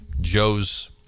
Joe's